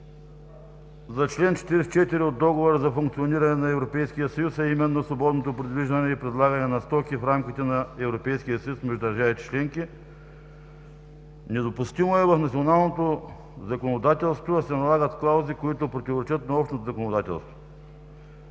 за чл. 44 от Договора за функциониране на Европейския съюз, а именно свободното придвижване и предлагане на стоки в рамките на Европейския съюз между държавите членки. Недопустимо е в националното законодателство да се налагат клаузи, които противоречат на общото законодателство.